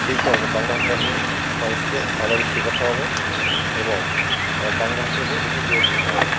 সেই কারণে বাংলা ভাষাকে মানুষকে ভালোভাবে শেখাতে হবে এবং বাংলা ভাষার উপর বেশি জোর দিতে হবে